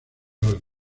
los